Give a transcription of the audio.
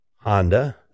Honda